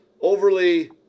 overly